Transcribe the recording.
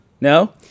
No